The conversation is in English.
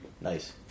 Nice